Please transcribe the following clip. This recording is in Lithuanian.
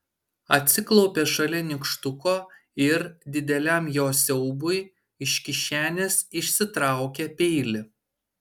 atsiklaupė šalia nykštuko ir dideliam jo siaubui iš kišenės išsitraukė peilį